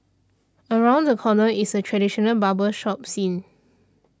around the corner is a traditional barber shop scene